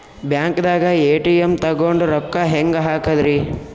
ಬ್ಯಾಂಕ್ದಾಗ ಎ.ಟಿ.ಎಂ ತಗೊಂಡ್ ರೊಕ್ಕ ಹೆಂಗ್ ಹಾಕದ್ರಿ?